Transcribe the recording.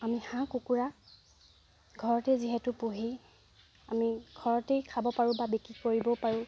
আমি হাঁহ কুকুৰা ঘৰতে যিহেতু পুহি আমি ঘৰতেই খাব পাৰোঁ বা বিক্ৰী কৰিব পাৰোঁ